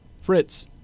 Fritz